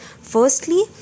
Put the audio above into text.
Firstly